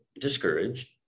discouraged